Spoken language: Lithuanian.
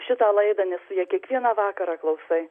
šitą laidą nes tu ją kiekvieną vakarą klausai